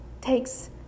takes